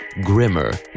Grimmer